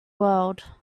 world